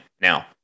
Now